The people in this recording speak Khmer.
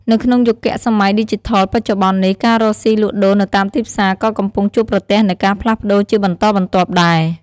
នៅក្នុងយុគសម័យឌីជីថលបច្ចុប្បន្ននេះ ការរកស៊ីលក់ដូរនៅតាមទីផ្សារក៏កំពុងជួបប្រទះនូវការផ្លាស់ប្ដូរជាបន្តបន្ទាប់ដែរ។